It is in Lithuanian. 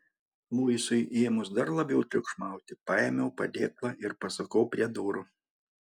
luisui ėmus dar labiau triukšmauti paėmiau padėklą ir pasukau prie durų